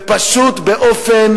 ופשוט באופן